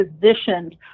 positioned